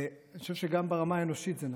ואני חושב שגם ברמה האנושית זה נכון.